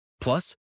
Plus